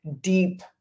deep